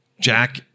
Jack